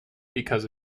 because